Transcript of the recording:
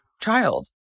child